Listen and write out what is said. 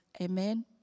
Amen